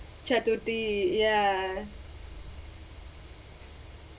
charturti ya